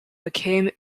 became